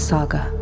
Saga